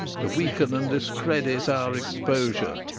to weaken and discredit our exposure,